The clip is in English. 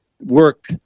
work